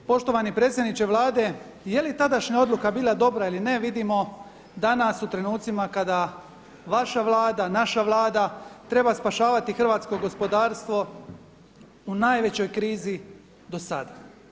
Poštovani predsjedniče Vlade, je li tadašnja odluka bila dobra ili ne vidimo danas u trenutcima kada vaša Vlada, naša Vlada treba spašavati hrvatsko gospodarstvo u najvećoj krizi do sada.